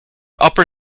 upper